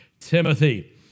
Timothy